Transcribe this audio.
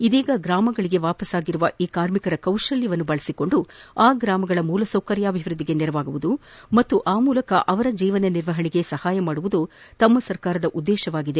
ಇದೀಗ ಗ್ರಾಮಗಳಿಗೆ ಮರಳಿರುವ ಈ ಕಾರ್ಮಿಕರ ಕೌಶಲ್ವವನ್ನು ಬಳಸಿಕೊಂಡು ಗ್ರಾಮಗಳ ಮೂಲಸೌಕರ್ಯ ಅಭಿವೃದ್ದಿಗೆ ನೆರವಾಗುವುದು ಮತ್ತು ಆ ಮೂಲಕ ಅವರ ಜೀವನ ನಿರ್ವಹಣೆಗೆ ಸಹಾಯ ಮಾಡುವುದು ಸರ್ಕಾರದ ಉದ್ದೇಶವಾಗಿದೆ